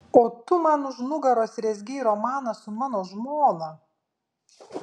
o tu man už nugaros rezgei romaną su mano žmona